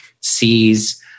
sees